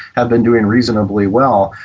have been doing reasonably well.